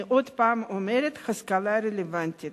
אני עוד פעם אומרת, השכלה רלוונטית: